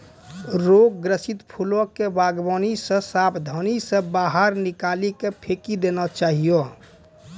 रोग ग्रसित फूलो के वागवानी से साबधानी से बाहर निकाली के फेकी देना चाहियो